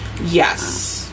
yes